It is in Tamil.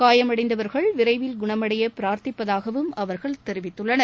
காயமடைந்தவர்கள் விரைவில் குணமடைய பிரார்த்திப்பதாகவும் அவர்கள் தெரிவித்துள்ளனர்